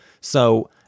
So-